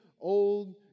old